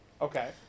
Okay